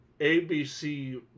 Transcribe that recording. ABC